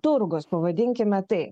turgaus pavadinkime tai